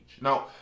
Now